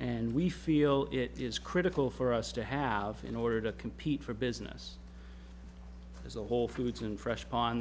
and we feel it is critical for us to have in order to compete for business as a whole foods and fresh on